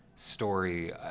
story